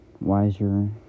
wiser